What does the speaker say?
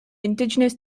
indigenous